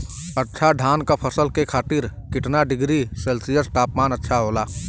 अच्छा धान क फसल के खातीर कितना डिग्री सेल्सीयस तापमान अच्छा होला?